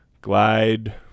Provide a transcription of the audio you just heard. glide